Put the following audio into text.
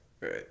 Right